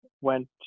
went